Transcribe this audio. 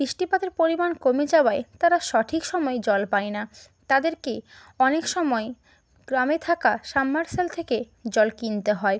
বৃষ্টিপাতের পরিমাণ কমে যাওয়ায় তারা সঠিক সময়ে জল পায় না তাদেরকে অনেক সময় গ্রামে থাকা সাম্মারর্সবল থেকে জল কিনতে হয়